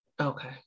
Okay